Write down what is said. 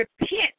repent